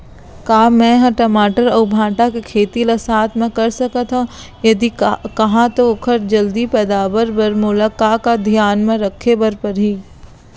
का मै ह टमाटर अऊ भांटा के खेती ला साथ मा कर सकथो, यदि कहाँ तो ओखर जलदी पैदावार बर मोला का का धियान मा रखे बर परही?